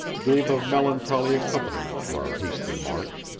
gave a melancholy accompaniment to our hasty march.